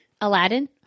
Aladdin